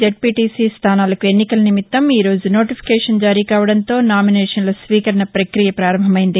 Z P T C స్దానాలకు ఎన్నికల నిమిత్తం ఈ రోజు నోటిఫికేషన్ జారీ కావడంతో నామినేషన్ల స్వీకరణ పక్రియ ప్రారంభమయ్యంది